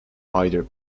either